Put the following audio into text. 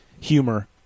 humor